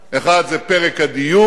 אחד זה פרק הדיור,